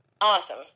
Awesome